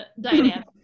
dynamic